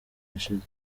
yashize